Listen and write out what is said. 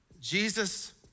Jesus